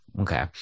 Okay